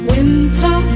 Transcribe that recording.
Winter